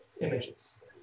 images